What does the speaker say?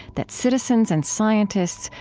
that citizens and scientists,